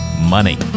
money